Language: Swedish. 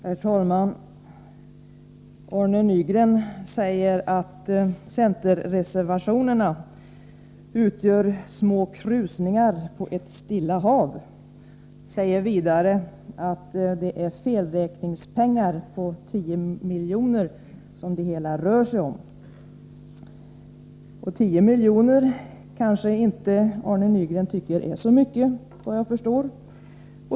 Herr talman! Arne Nygren säger att centerreservationerna utgör små krusningar på ett stilla hav och att det är felräkningspengar på 10 miljoner som det hela rör sig om. 10 miljoner kanske inte Arne Nygren tycker är så mycket, såvitt jag förstår.